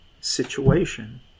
situation